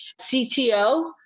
CTO